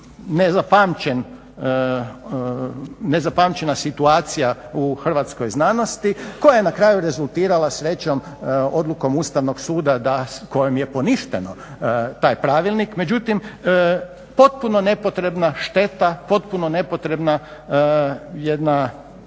nezapamćena situacija u hrvatskoj znanosti koja je na kraju rezultirala, srećom, odlukom Ustavnog suda, kojom je poništen taj Pravilnik, međutim potpuno nepotrebna šteta, potpuno nepotrebna jedna